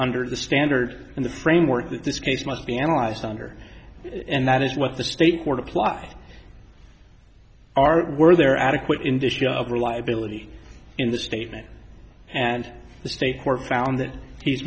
under the standard and the framework that this case must be analyzed under and that is what the state court apply are were there adequate indicia of reliability in the statement and the state court found that he's